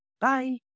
Bye